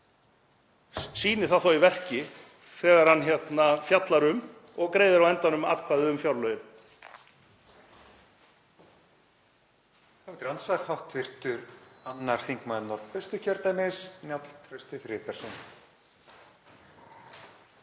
það þá í verki þegar hann fjallar um og greiðir á endanum atkvæði um fjárlögin.